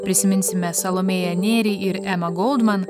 prisiminsime salomėją nėrį ir emą goldman